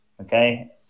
Okay